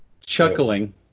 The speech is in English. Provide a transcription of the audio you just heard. chuckling